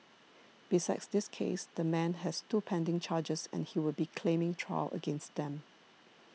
besides this case the man has two pending charges and he will be claiming trial against them